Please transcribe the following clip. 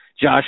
Josh